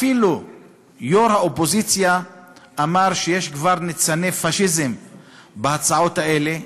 אפילו יושב-ראש האופוזיציה אמר שיש כבר ניצני פאשיזם בהצעות האלה.